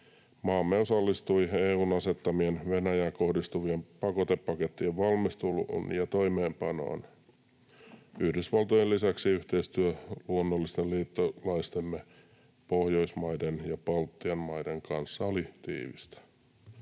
Maamme osallistui EU:n asettamien Venäjään kohdistuvien pakotepakettien valmisteluun ja toimeenpanoon. Yhdysvaltojen lisäksi yhteistyö luonnollisten liittolaistemme Pohjoismaiden ja Baltian maiden kanssa oli tiivistä.